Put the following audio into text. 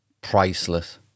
priceless